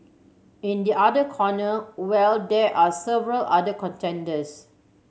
in the other corner well there are several other contenders